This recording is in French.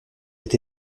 été